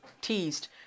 teased